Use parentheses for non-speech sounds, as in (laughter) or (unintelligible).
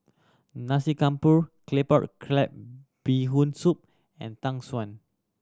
Nasi Campur Claypot Crab Bee Hoon Soup and tang (unintelligible)